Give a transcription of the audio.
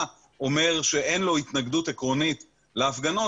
אומר שאין לו התנגדות עקרונית להפגנות,